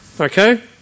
Okay